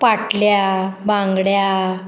पाटल्या बांगड्या